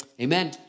Amen